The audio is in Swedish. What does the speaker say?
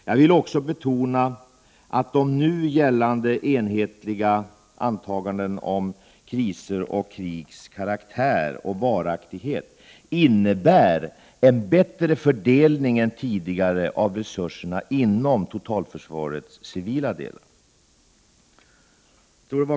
Jag vill också betona att de nu gällande enhetliga 9 december 1988 antagandena om krisers och krigs karaktär och varaktighet innebär en bättre fördelning än tidigare av resurserna inom totalförsvarets civila del.